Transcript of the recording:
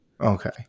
Okay